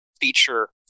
feature